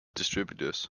distributors